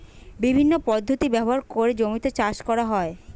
বিভিন্ন পদ্ধতি ব্যবহার করে জমিতে চাষ করা হয়